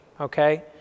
okay